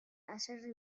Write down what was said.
haserre